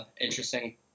interesting